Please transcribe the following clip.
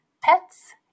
pets